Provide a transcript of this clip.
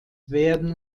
werden